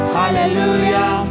hallelujah